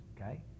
okay